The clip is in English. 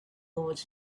was